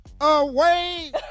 away